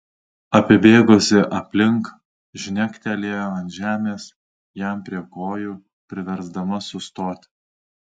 apibėgusi aplink žnektelėjo ant žemės jam prie kojų priversdama sustoti